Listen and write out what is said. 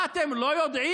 מה, אתם לא יודעים?